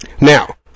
Now